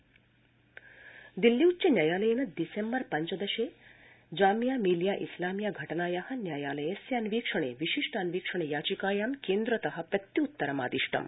उच्चन्यायालय जामिया दिल्ल्यूच्चन्यायालयेन दिसम्बर पञ्चदशे जामिया मिलिया इस्लामिया घटनाया न्यायालयस्यान्वीक्षणे विशिष्टान्वीक्षण याचिकायां केन्द्रत प्रत्युत्तरम् आदिष्टम्